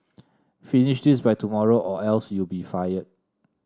finish this by tomorrow or else you'll be fired